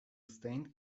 stained